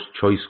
choice